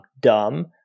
dumb